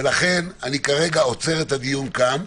ולכן אני כרגע עוצר את הדיון כאן.